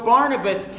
Barnabas